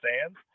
stands